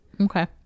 okay